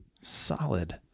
solid